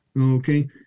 Okay